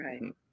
right